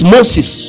Moses